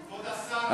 כבוד השר,